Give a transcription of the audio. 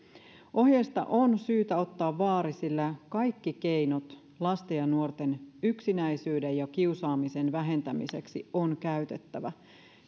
ohjeista on syytä ottaa vaarin sillä kaikki keinot lasten ja nuorten yksinäisyyden ja kiusaamisen vähentämiseksi on käytettävä